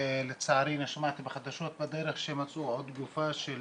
לצערי שמעתי בחדשות בדרך שמצאו עוד גופה של